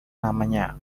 namanya